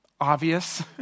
obvious